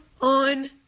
on